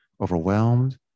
overwhelmed